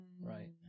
Right